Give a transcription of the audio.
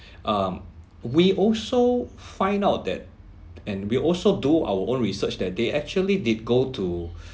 um we also find out that and we also do our own research that they actually did go to